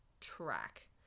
track